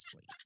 please